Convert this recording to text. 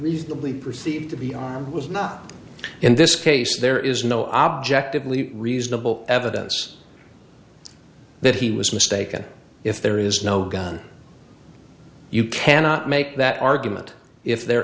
reasonably perceived to be armed was not in this case there is no objectively reasonable evidence that he was mistaken if there is no gun you cannot make that argument if there